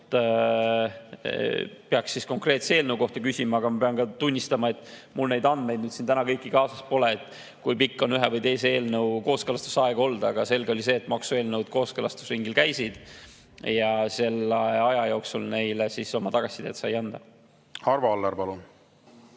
peaks siis konkreetse eelnõu kohta küsima. Ma pean ka tunnistama, et mul neid andmeid siin täna kaasas pole, kui pikk oli ühe või teise eelnõu kooskõlastusaeg. Aga selge on see, et maksueelnõud kooskõlastusringil käisid ja selle aja jooksul nende kohta oma tagasisidet sai anda. Arvo Aller,